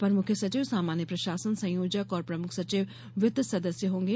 अपर मुख्य सचिव सामान्य प्रशासन संयोजक और प्रमुख सचिव वित्त सदस्य होंगे